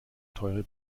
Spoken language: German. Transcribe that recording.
teure